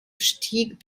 stieg